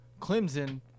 Clemson